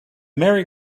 merry